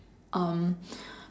um